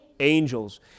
angels